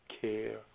care